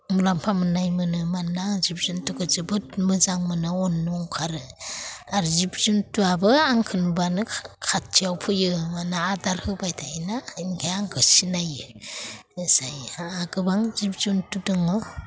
मुलाम्फा मोननाय मोनो मानोना जिब जुन्थुखो जोबोद मोजां मोनो अननो ओंखारो आरो जिब जन्थुआबो आंखौ नुब्लानो खाथियाव फैयो मानोना आदार होबाय थायोना आंखौ सिनायो इबायसा गोबां जिब जुन्थु दङ